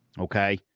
okay